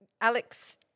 Alex